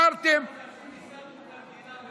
לפני שישה חודשים מה קיבלתם?